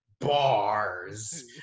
bars